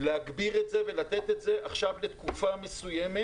להגביר את זה ולתת את זה עכשיו לתקופה מסוימת